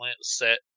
set